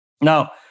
Now